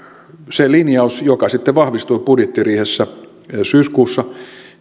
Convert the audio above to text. se linjaus joka sitten vahvistui budjettiriihessä syyskuussa